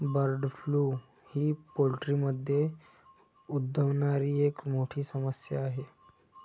bird flu ही पोल्ट्रीमध्ये उद्भवणारी एक मोठी समस्या आहे